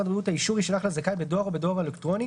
הבריאות האישור יישלח לזכאי בדואר או בדואר אלקטרוני,